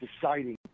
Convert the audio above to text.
deciding